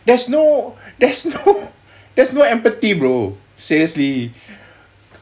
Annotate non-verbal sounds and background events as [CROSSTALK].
there's no there's no [LAUGHS] there's no empathy bro seriously